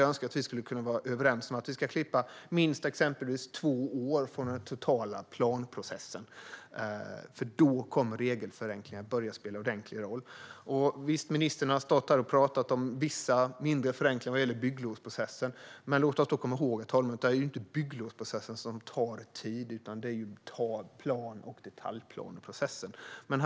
Jag önskar att vi kunde vara överens om att vi ska klippa exempelvis minst två år från den totala planprocessen. Då kommer regelförenklingen att börja spela ordentlig roll. Visst, ministern har stått här och talat om vissa mindre förenklingar vad gäller bygglovsprocessen, herr talman, men låt oss komma ihåg att det inte är bygglovsprocessen som tar tid. Det är i stället plan och detaljplaneprocesserna som tar tid.